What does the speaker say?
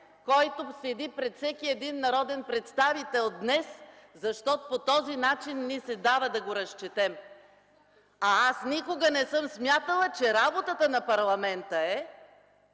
който стои пред всеки народен представител днес, защото по този начин ни се дава да го разчетем. Аз никога не съм смятала, че работата на парламента е